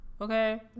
okay